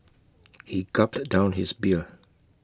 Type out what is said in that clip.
he gulped down his beer